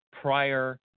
prior